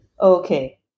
Okay